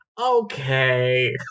okay